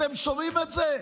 אתם שומעים את זה?